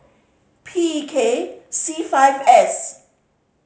P E K C five S